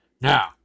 now